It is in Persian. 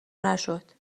نشد